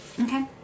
Okay